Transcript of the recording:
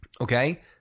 Okay